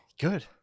Good